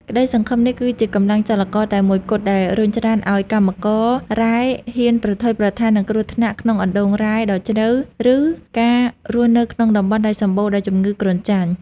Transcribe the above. ក្តីសង្ឃឹមនេះគឺជាកម្លាំងចលករតែមួយគត់ដែលរុញច្រានឱ្យកម្មកររ៉ែហ៊ានប្រថុយប្រថាននឹងគ្រោះថ្នាក់ក្នុងអណ្តូងរ៉ែដ៏ជ្រៅ ឬការរស់នៅក្នុងតំបន់ដែលសម្បូរដោយជំងឺគ្រុនចាញ់។